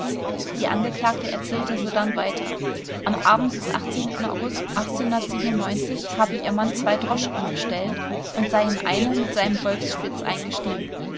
die angeklagte erzählte sodann weiter am abend des august habe ihr mann zwei droschken bestellt und sei in eine mit seinem wolfsspitz eingestiegen